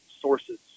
sources